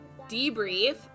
debrief